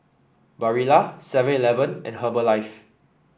Barilla Seven Eleven and Herbalife